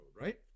right